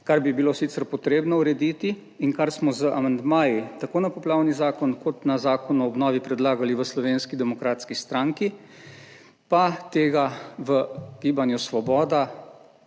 kar bi bilo sicer potrebno urediti in kar smo z amandmaji, tako na poplavni zakon kot na Zakon o obnovi predlagali v Slovenski demokratski stranki pa tega v Gibanju Svoboda,